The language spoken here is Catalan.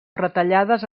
retallades